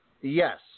Yes